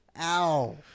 ow